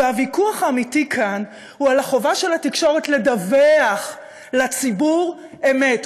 והוויכוח האמיתי כאן הוא על החובה של התקשורת לדווח לציבור אמת.